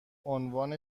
عنوان